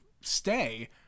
stay